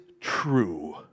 true